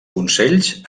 consells